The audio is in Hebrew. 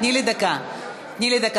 תני לי דקה בבקשה.